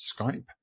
Skype